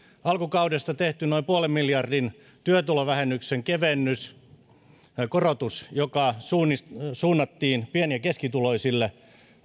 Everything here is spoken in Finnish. alkukaudesta tehty noin nolla pilkku viiden miljardin työtulovähennyksen korotus joka suunnattiin pieni ja keskituloisille